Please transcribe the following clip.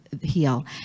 heal